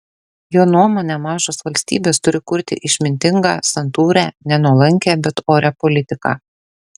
jo nuomone mažos valstybės turi kurti išmintingą santūrią ne nuolankią bet orią politiką